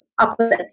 opposite